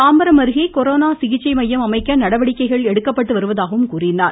தாம்பரம் அருகே கொரோனா சிகிச்சை மையம் அமைக்க நடவடிக்கைகள் எடுக்கப்பட்டு வருவதாகவும் தெரிவித்தார்